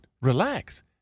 relax